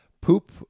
poop